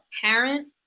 parent